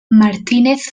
martínez